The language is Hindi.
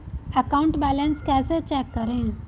अकाउंट बैलेंस कैसे चेक करें?